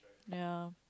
ya